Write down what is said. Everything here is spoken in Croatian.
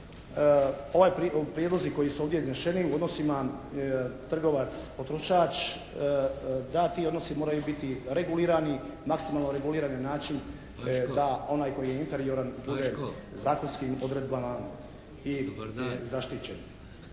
ovaj, prijedlozi koji su ovdje izneseni u odnosima trgovac-potrošač da ti odnosi moraju biti regulirani, maksimalno regulirani na način da onaj koji je inferioran bude zakonskim odredbama i zaštićen.